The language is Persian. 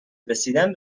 رسیدن